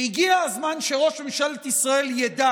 והגיע הזמן שראש ממשלת ישראל ידע